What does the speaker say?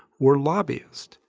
were lobbyists.